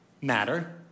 matter